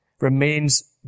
remains